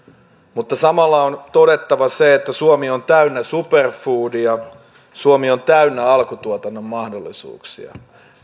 mutta samalla on todettava se että suomi on täynnä superfoodia suomi on täynnä alkutuotannon mahdollisuuksia